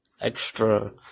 extra